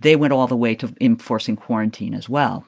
they went all the way to enforcing quarantine as well